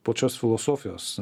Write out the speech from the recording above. pačios filosofijos